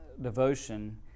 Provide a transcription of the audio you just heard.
devotion